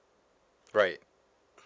right